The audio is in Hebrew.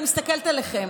אני מסתכלת עליכם,